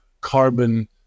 carbon